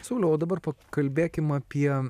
sauliau o dabar pakalbėkim apie